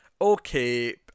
okay